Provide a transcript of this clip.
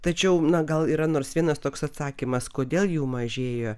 tačiau na gal yra nors vienas toks atsakymas kodėl jų mažėja